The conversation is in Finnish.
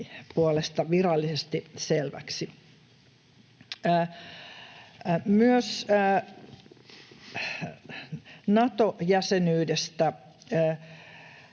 puolesta virallisesti selväksi. Myös Nato-jäsenyydestä